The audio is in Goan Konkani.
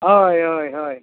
हय हय हय